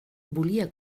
volia